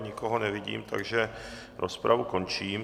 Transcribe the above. Nikoho nevidím, takže rozpravu končím.